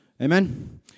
Amen